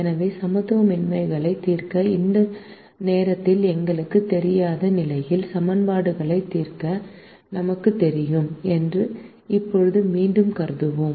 எனவே சமத்துவமின்மைகளைத் தீர்க்க இந்த நேரத்தில் நமக்கு த் தெரியாத நிலையில் சமன்பாடுகளைத் தீர்க்க நமக்குத் தெரியும் என்று இப்போது மீண்டும் கருதுவோம்